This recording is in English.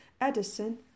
Edison